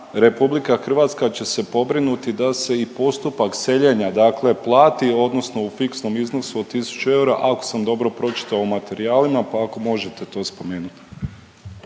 65 godina RH će se pobrinuti da se i postupak seljenja dakle plati odnosno u fiksnom iznosu od 1000 eura, ako sam dobro pročitao u materijalima pa ako možete to spomenuti.